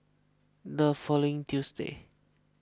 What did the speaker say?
the following Tuesday